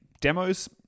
demos